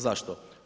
Zašto?